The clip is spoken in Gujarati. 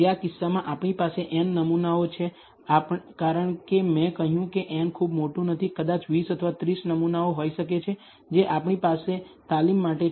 આ કિસ્સામાં આપણી પાસે n નમૂનાઓ છે કારણ કે મેં કહ્યું છે કે n ખૂબ મોટું નથી કદાચ 20 અથવા 30 નમૂનાઓ હોઈ શકે છે જે આપણી પાસે તાલીમ માટે છે